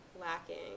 lacking